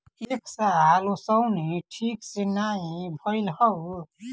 ए साल ओंसउनी ठीक से नाइ भइल हअ